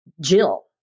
Jill